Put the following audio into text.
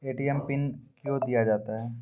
ATM मे PIN कयो दिया जाता हैं?